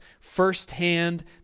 firsthand